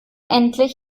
endlich